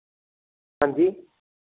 ਹਾਂਜੀ